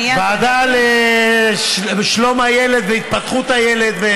הוועדה לשלום הילד והתפתחות הילד.